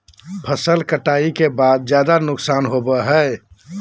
फसल कटाई के बाद ज्यादा नुकसान होबो हइ